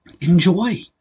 enjoy